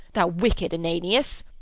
thou wicked ananias!